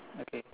okay